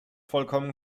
vollkommen